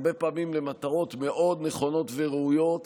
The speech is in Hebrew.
שהוא הרבה פעמים למטרות מאוד נכונות וראויות,